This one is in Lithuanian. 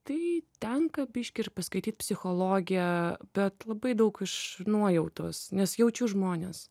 tai tenka biškį ir paskaityt psichologiją bet labai daug iš nuojautos nes jaučiu žmones